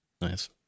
Nice